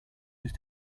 just